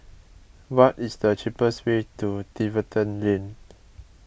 what is the cheapest way to Tiverton Lane